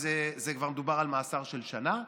אז כבר מדובר על מאסר של שנה.